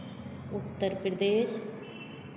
Uttar Pradesh